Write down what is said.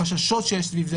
החששות שיש סביב זה,